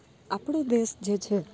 આપણો દેશ જે છે